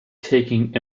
taking